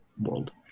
world